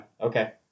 okay